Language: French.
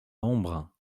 embrun